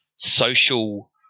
social